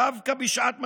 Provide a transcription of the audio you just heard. דווקא בשעת משבר,